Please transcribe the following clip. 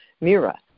Mira